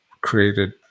created